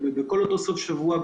בכל אותו סוף שבוע,